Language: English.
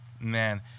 man